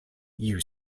you